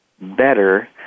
better